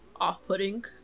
off-putting